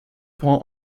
prend